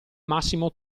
massimo